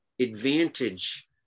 advantage